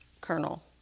Colonel